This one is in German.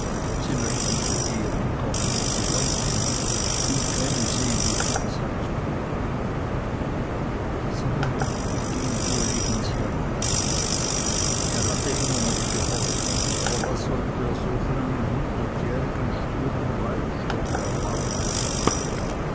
sie möchten zu ehren kommen wie sie wollten und kämen sie in die tagsatzung dieser bericht ging uli ins herz er hatte immer noch gehofft aber was sollte er so von einem hundertjährigen struben weidstock erwarten